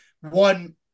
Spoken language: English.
one